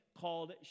called